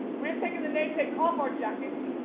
we had taken the name tags off our jackets.